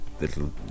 little